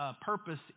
purpose